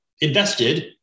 invested